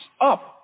up